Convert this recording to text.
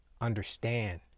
understand